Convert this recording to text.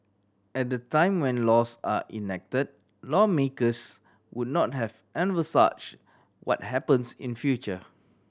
at the time when laws are enacted lawmakers would not have envisage what happens in future